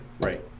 Right